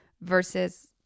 versus